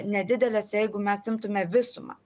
nedidelis jeigu mes imtume visumą